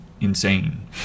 insane